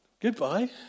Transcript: Goodbye